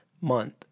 month